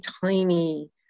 tiny